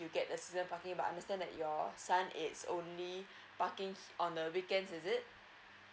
you get the season parking but I understand that your son is only parking on the weekends is it